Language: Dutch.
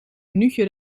minuutje